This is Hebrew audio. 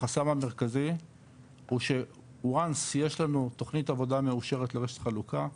החסם המרכזי הוא שוואנס יש לנו תוכנית עבודה מאושרת לרשת חלוקה,